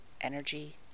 energy